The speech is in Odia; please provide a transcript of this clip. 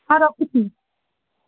ହଁ ରଖୁଛି